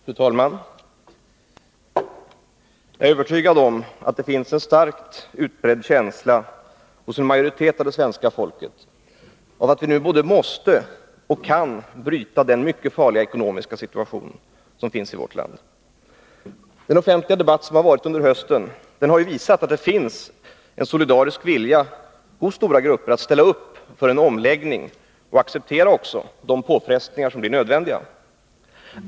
Fru talman! Jag är övertygad om att det hos en majoritet av det svenska folket finns en starkt utbredd känsla av att vi nu både måste och kan bryta den utomordentligt farliga ekonomiska utvecklingen i vårt land. Den offentliga debatt som har förts under hösten har visat att det finns en solidarisk vilja hos stora grupper att ställa upp för en omläggning och acceptera de påfrestningar som blir nödvändiga.